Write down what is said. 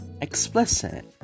Explicit